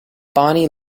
bonnie